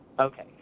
Okay